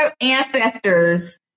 ancestors